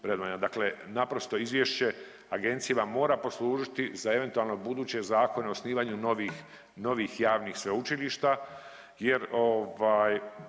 naprosto izvješće agencijama mora poslužiti za eventualne buduće zakone o osnivanju novih, novih javnih sveučilišta jer